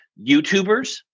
YouTubers